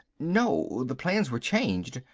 no, the plans were changed.